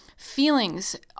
feelings